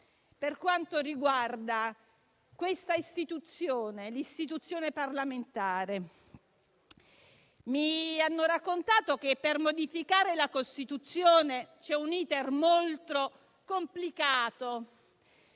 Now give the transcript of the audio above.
per quanto riguarda questa istituzione parlamentare. Mi hanno raccontato che per modificare la Costituzione c'è un *iter* molto complicato